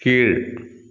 கீழ்